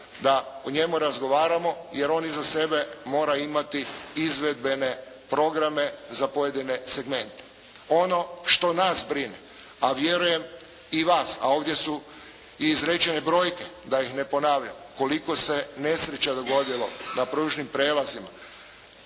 da o njemu razgovaramo jer on iza sebe mora imati izvedbene programe za pojedine segmente. Ono što nas brine a vjerujem i vas, a ovdje su i izrečene brojke da ih ne ponavljam koliko se nesreća dogodilo na pružnim prijelazima.